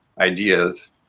ideas